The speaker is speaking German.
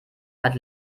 hat